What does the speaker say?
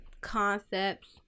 concepts